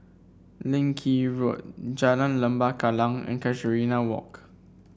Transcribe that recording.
Leng Kee Road Jalan Lembah Kallang and Casuarina Walk